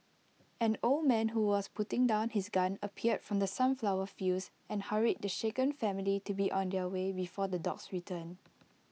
an old man who was putting down his gun appeared from the sunflower fields and hurried the shaken family to be on their way before the dogs return